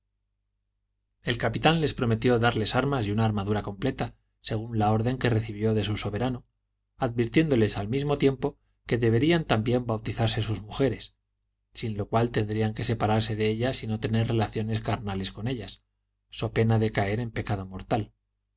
el capitán les prometió darles armas y una armadura completa según la orden que recibió de su soberano advirtiéndoles al mismo tiempo que deberían también bautizarse sus mujeres sin lo cual tendrían que separarse de ellas y no tener relaciones carnales con ellas so pena de caer en pecado mortal